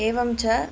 एवञ्च